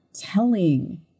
telling